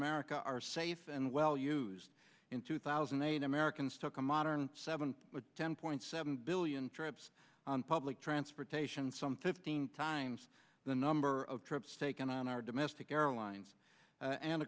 america are safe and well used in two thousand and eight americans took a modern seven ten point seven billion trips on public transportation some to fifteen times the number of trips taken on our domestic airlines and